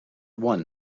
one